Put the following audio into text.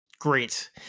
great